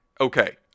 okay